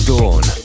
Dawn